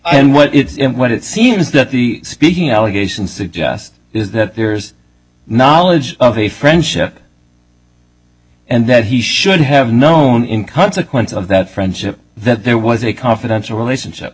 and what it's what it seems that the speaking allegation suggests is that there's knowledge of the friendship and that he should have known in consequence of that friendship that there was a confidential relationship